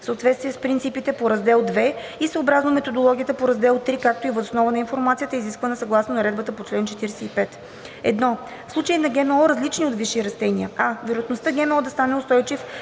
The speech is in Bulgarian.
в съответствие с принципите по раздел II и съобразно методологията по раздел III, както и въз основа на информацията, изисквана съгласно наредбата по чл. 45. 1. В случаи на ГМО, различни от висши растения: а) вероятността ГМО да стане устойчив